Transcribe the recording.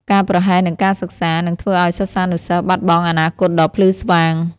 ការប្រហែសនឹងការសិក្សា នឹងធ្វើឱ្យសិស្សានុសិស្សបាត់បង់អនាគតដ៏ភ្លឺស្វាង។